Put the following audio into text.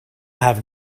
have